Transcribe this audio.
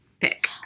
pick